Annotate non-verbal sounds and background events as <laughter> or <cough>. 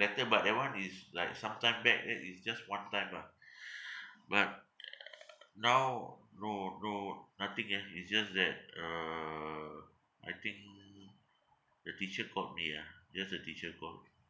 letter but that [one] is like sometime back then it's just one time ah <breath> but <noise> now no no nothing ah it's just that uh I think the teacher called me ah just the teacher call